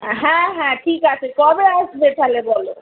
হ্যাঁ হ্যাঁ ঠিক আছে কবে আসবে তাহলে বল